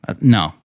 no